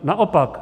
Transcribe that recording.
Naopak.